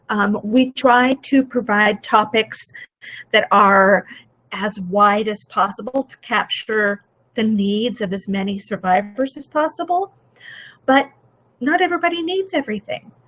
um we try to provide topics that are as wide as possible to capture the needs of the many survivors as possible but not everybody needs everything.